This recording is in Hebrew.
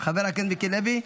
חבר הכנסת מיקי לוי,